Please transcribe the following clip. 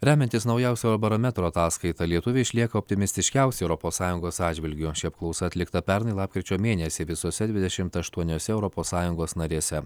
remiantis naujausio eurobarometro ataskaita lietuviai išlieka optimistiškiausi europos sąjungos atžvilgiu ši apklausa atlikta pernai lapkričio mėnesį visose dvidešimt aštuoniose europos sąjungos narėse